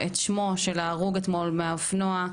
את שם ההרוג אתמול מהאופנוע,